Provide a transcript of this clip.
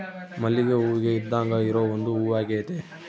ಮಲ್ಲಿಗೆ ಹೂವಿಗೆ ಇದ್ದಾಂಗ ಇರೊ ಒಂದು ಹೂವಾಗೆತೆ